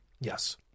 Yes